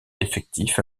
effectif